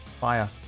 fire